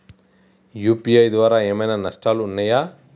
UPI ద్వారా ఏమైనా నష్టాలు ఉన్నయా?